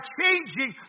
changing